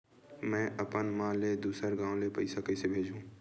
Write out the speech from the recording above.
में अपन मा ला दुसर गांव से पईसा कइसे भेजहु?